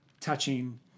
touching